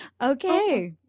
Okay